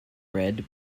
red